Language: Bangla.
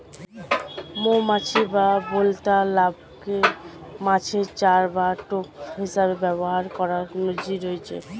মৌমাছি বা বোলতার লার্ভাকে মাছের চার বা টোপ হিসেবে ব্যবহার করার নজির রয়েছে